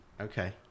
Okay